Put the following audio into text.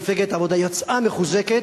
מפלגת העבודה יצאה מחוזקת,